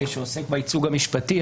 זה שעוסק בייצוג המשפטי.